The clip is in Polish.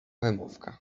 wymówka